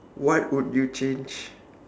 what would you change